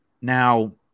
Now